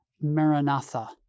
maranatha